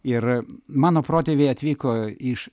ir mano protėviai atvyko iš